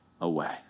away